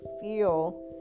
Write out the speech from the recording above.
feel